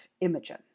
Imogen